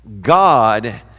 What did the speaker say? God